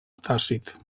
tàcit